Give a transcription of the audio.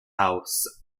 house